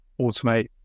automate